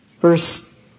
Verse